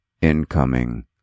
Incoming